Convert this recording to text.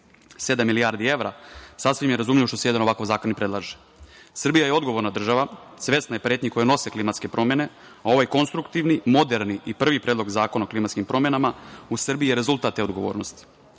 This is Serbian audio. milijardi evra, sasvim je razumljivo što se jedan ovakav zakon i predlaže. Srbija je odgovorna država, svesna je pretnji koje nose klimatske promene, a ovaj konstruktivni, moderni i prvi predlog zakona o klimatskim promenama u Srbiji je rezultat te odgovornosti. Takođe